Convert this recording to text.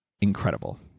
incredible